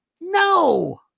No